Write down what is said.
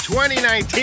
2019